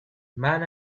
man